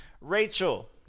Rachel